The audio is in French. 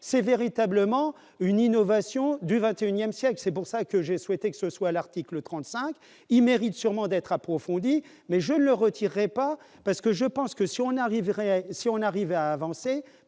c'est véritablement une innovation du XXIe siècle, c'est pour ça que j'ai souhaité que ce soit l'article 35 il mérite sûrement d'être approfondie mais je ne retirerai pas parce que je pense que si on arriverait si on